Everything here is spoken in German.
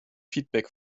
feedback